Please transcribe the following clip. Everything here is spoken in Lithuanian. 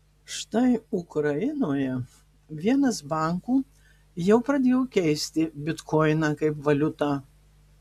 štai ukrainoje vienas bankų jau pradėjo keisti bitkoiną kaip valiutą